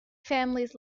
families